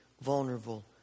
vulnerable